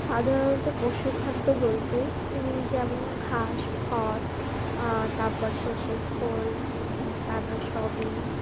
সাধারণত পশু খাদ্য বলতে যেমন ঘাস খড় তারপর সর্ষের খোল তারপর সয়াবিন